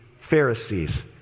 Pharisees